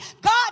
God